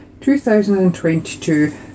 2022